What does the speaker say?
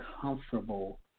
comfortable